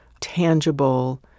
tangible